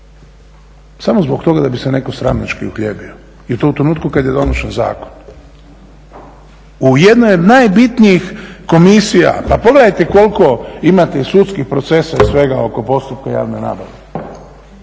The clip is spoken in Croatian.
samo zbog toga da bi se netko stranački uhljebio i to u trenutku kad je donošen zakon. U jednoj od najbitnijih komisija, pa pogledajte koliko imate sudskih procesa i svega oko postupka javne nabave.